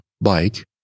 bike